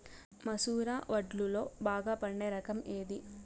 మసూర వడ్లులో బాగా పండే రకం ఏది?